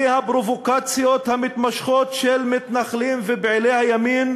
הפרובוקציות המתמשכות של מתנחלים ופעילי הימין,